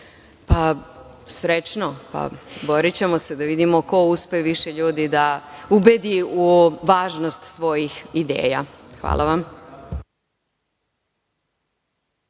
pa srećno borićemo se, da vidimo ko uspe više ljudi da ubedi u važnost svojih ideja. Hvala vam.